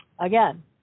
Again